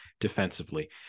defensively